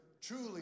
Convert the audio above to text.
truly